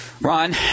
Ron